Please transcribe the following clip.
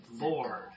Lord